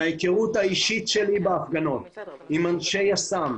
מההיכרות האישית שלי בהפגנות עם אנשי יס"מ,